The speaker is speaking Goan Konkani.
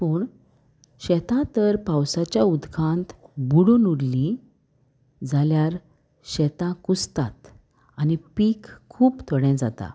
पूण शेतां तर पावसाच्या उदकांत बुडून उरलीं जाल्यार शेतां कुसतात आनी पीक खूब थोडे जाता